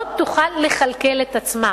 לא תוכל לכלכל את עצמה.